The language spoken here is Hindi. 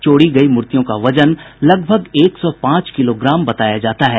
चोरी गयी मूर्तियों का वजन लगभग एक सौ पांच किलोग्राम बताया जाता है